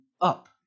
up